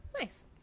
Nice